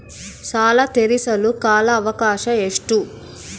ಸಾಲ ತೇರಿಸಲು ಕಾಲ ಅವಕಾಶ ಎಷ್ಟು?